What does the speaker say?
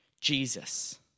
Jesus